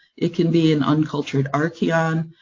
it can be an uncultured archaeon,